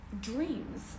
dreams